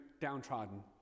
downtrodden